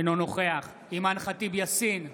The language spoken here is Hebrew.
אינו נוכח אימאן ח'טיב יאסין,